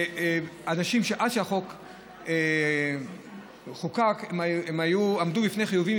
עד שהחוק חוקק אנשים עמדו בפני חיובים,